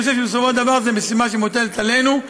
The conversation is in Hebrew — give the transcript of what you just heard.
אני חושב שבסופו של דבר זו משימה שמוטלת עלינו.